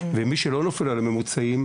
ומי שלא נופל על ממוצעים,